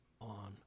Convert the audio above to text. on